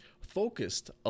focused